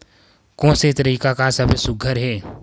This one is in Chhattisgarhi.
कोन से तरीका का सबले सुघ्घर हे?